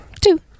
two